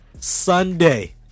Sunday